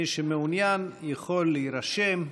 מי שמעוניין יכול להירשם.